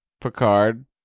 Picard